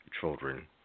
children